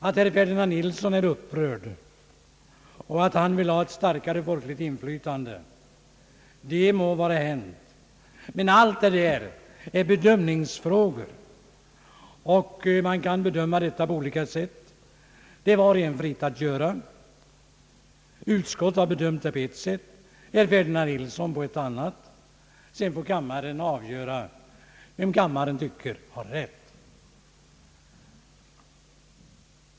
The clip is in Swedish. Herr Ferdinand Nilsson är upprörd och vill ha ett starkare folkligt inflytande. Det må vara hänt. Men allt detta är bedömningsfrågor, och man kan bedöma på olika sätt. Det står var och en fritt att skapa sig en uppfattning. Utskottet har bedömt ärendet på ett sätt, och herr Ferdinand Nilsson har bedömt det på ett annat sätt. Sedan får kammaren avgöra vem kammaren tycker har rätt.